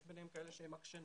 יש ביניהם כאלה שהם עקשנים,